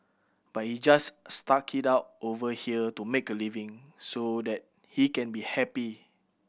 but he just stuck it out over here to make a living so that he can be happy